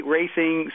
Racing